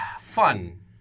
fun